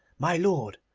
my lord,